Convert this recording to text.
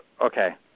okay